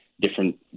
different